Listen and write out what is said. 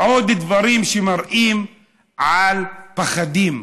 ועוד דברים שמראים על פחדים.